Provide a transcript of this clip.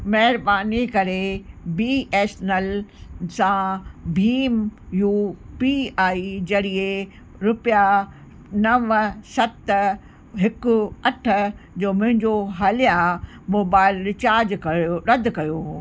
महिरबानी करे B S N L सां भीम यू पी आई ज़रिये रुपया नव सत हिकु अठ जो मुंहिंजो हालिया मोबाइल रिचार्ज कयो रद कयो